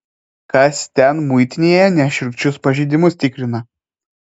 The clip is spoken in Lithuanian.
kas ten muitinėje nešiurkščius pažeidimus tikrina